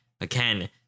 again